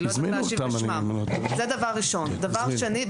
דבר שני,